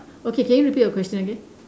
okay can you repeat your question again